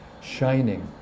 shining